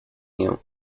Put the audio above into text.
you